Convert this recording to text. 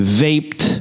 vaped